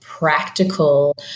practical